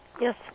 Yes